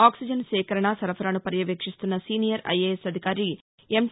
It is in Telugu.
ఆక్సిజన్ సేకరణ సరఫరాసు పర్యవేక్షిస్తున్న సీనియర్ ఐఏఎస్ అధికారి టీ